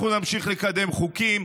אנחנו נמשיך לקדם חוקים.